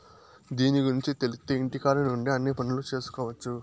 దీని గురుంచి తెలిత్తే ఇంటికాడ నుండే అన్ని పనులు చేసుకొవచ్చు